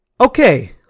okay